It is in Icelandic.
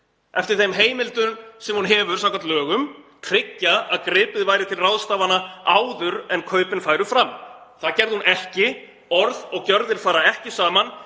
eftir þeim heimildum sem hún hefur samkvæmt lögum, tryggja að gripið væri til ráðstafana áður en kaupin færu fram. Það gerði hún ekki. Orð og gjörðir fara ekki saman.